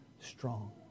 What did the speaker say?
strong